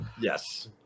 Yes